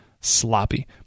sloppy